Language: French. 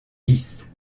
lisse